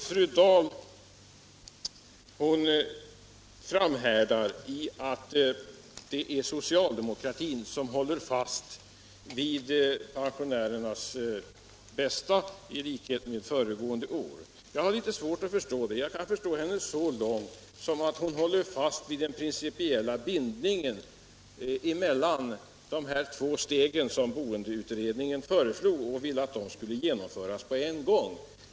Fru Dahl framhärdar i sitt påståeende att det är socialdemokratin som håller fast vid pensionärernas bästa i likhet med föregående år. Jag har litet svårt att förstå det. Jag kan förstå fru Dahl så långt som att hon håller fast vid den principiella bindningen mellan de två-reform-steg som boendeutredningen föreslog skulle genomföras på en gång.